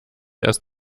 erst